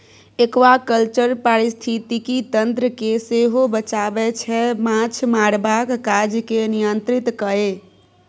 aquaculture पारिस्थितिकी तंत्र केँ सेहो बचाबै छै माछ मारबाक काज केँ नियंत्रित कए